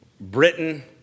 Britain